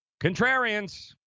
contrarians